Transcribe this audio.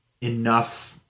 enough